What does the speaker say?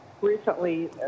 recently